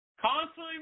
Constantly